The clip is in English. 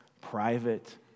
private